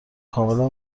کاملا